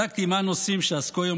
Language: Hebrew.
בדקתי מה הנושאים שעסקו בהם